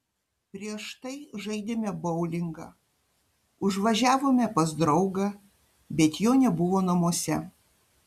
prieš tai žaidėme boulingą užvažiavome pas draugą bet jo nebuvo namuose